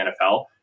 NFL